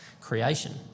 creation